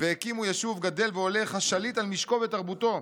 והקימו יישוב גדל והולך השליט על משקו ותרבותו,